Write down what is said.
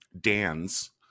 dan's